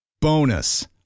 Bonus